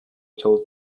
told